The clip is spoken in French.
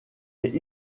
est